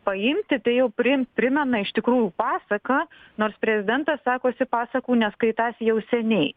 paimti tai jau prim primena iš tikrųjų pasaką nors prezidentas sakosi pasakų neskaitąs jau seniai